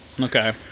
Okay